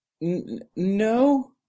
No